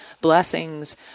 blessings